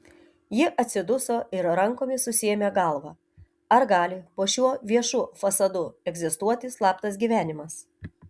ji atsiduso ir rankomis susiėmė galvą ar gali po šiuo viešu fasadu egzistuoti slaptas gyvenimas